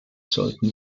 sollten